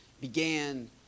began